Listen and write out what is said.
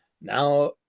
Now